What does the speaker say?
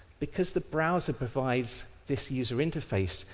because the browser provides this user interface,